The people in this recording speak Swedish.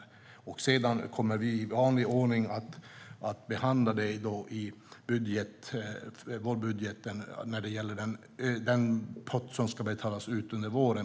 I vårbudgeten kommer vi sedan att i vanlig ordning behandla den pott på 56 miljoner som ska betalas ut under våren.